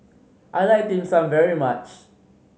I like Dim Sum very much